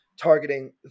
targeting